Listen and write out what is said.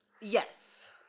Yes